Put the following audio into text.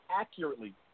accurately